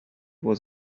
was